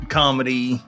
comedy